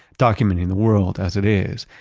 documenting the world as it is,